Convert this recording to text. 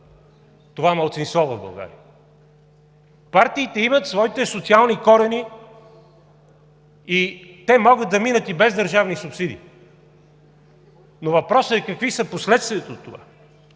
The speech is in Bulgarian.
това малцинство в България. Партиите имат своите социални корени и те могат да минат и без държавни субсидии, но въпросът е какви са последствията от това?